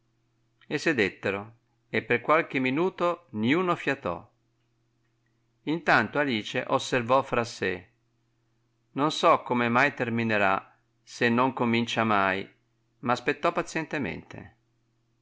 e sedettero e per qualche minuto niuno fiatò intanto alice osservò fra sè non so come mai terminerà se non comincia mai ma aspettò pazientemente